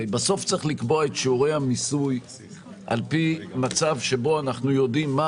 בסוף צריך לקבוע את שיעורי המיסוי על פי מצב שבו אנחנו יודעים מה